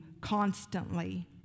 constantly